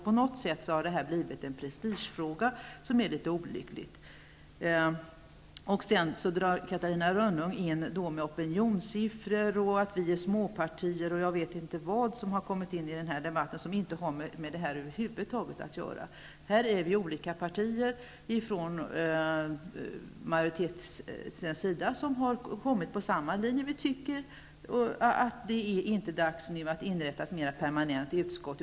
På något sätt har detta blivit en prestigefråga, vilket är litet olyckligt. Catarina Rönnung drar in opinionssiffror, att vi är småpartier och jag vet inte vad, som över huvud taget inte har med detta att göra. Vi är olika partier som bildat en majoritet och kommit på samma linje. Vi tycker att det ännu inte är dags att inrätta ett mera permanent utskott.